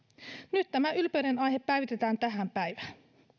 nyt tämä ylpeydenaihe päivitetään tähän päivään